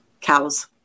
cows